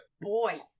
Boy